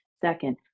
second